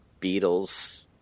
Beatles